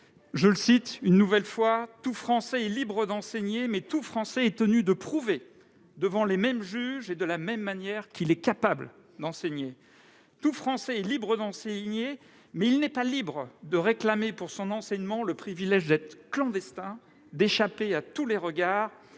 les mots pour conclure :« Tout Français est libre d'enseigner, mais tout Français est tenu de prouver, devant les mêmes juges et de la même manière, qu'il est capable d'enseigner ; tout Français est libre d'enseigner, mais il n'est pas libre de réclamer pour son enseignement le privilège d'être clandestin, d'échapper à tous les regards,